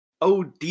OD